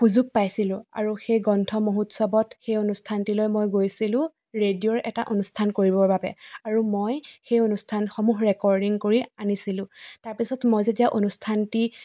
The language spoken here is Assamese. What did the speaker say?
সুযোগ পাইছিলোঁ আৰু সেই গ্ৰন্থ মহোৎসৱত সেই অনুষ্ঠানটিলৈ মই গৈছিলোঁ ৰেডিঅ'ৰ এটা অনুষ্ঠান কৰিবৰ বাবে আৰু মই সেই অনুষ্ঠানসমূহ ৰেকৰ্ডিং কৰি আনিছিলোঁ তাৰপিছত মই যেতিয়া অনুষ্ঠানটি